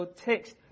text